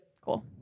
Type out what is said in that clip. Cool